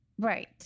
Right